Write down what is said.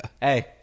Hey